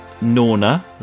Norna